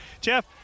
Jeff